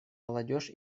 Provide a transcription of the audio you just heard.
молодежь